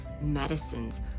medicines